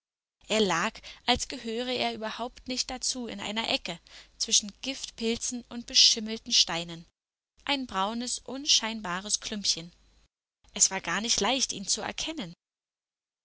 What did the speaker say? er lag als gehöre er überhaupt nicht dazu in einer ecke zwischen giftpilzen und beschimmelten steinen ein braunes unscheinbares klümpchen es war gar nicht leicht ihn zu erkennen